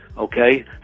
Okay